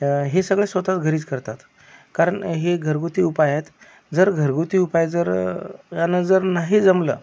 हे सगळं स्वत च घरीचं करतात कारण हे घरगुती उपाय आहेत जर घरगुती उपाय जर ह्यानं जर नाही जमलं